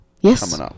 Yes